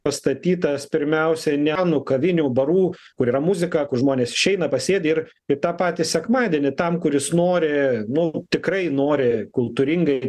pastatytas pirmiausia ne nu kavinių barų kur yra muzika kur žmonės išeina pasėdi ir ir tą patį sekmadienį tam kuris nori nu tikrai nori kultūringai